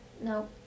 No